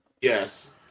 Yes